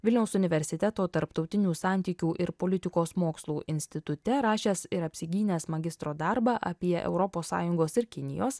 vilniaus universiteto tarptautinių santykių ir politikos mokslų institute rašęs ir apsigynęs magistro darbą apie europos sąjungos ir kinijos